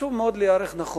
חשוב מאוד להיערך נכון,